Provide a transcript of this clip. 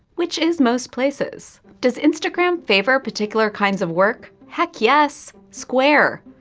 which is most places. does instagram favor particular kinds of work? heck yes. square.